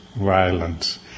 violence